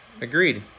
Agreed